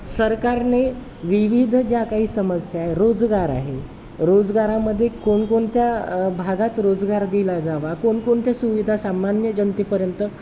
सरकारने विविध ज्या काही समस्या आहे रोजगार आहे रोजगारामध्ये कोणकोणत्या भागात रोजगार दिला जावा कोणकोणत्या सुविधा सामान्य जनतेपर्यंत